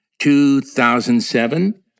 2007